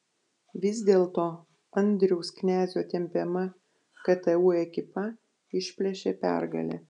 vis dėlto andriaus knezio tempiama ktu ekipa išplėšė pergalę